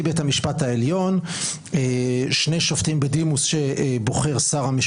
למרות שאני חושב שבשנייה שזו בחירה שנעשית על ידי חברי